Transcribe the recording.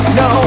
no